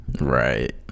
right